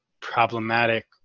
problematic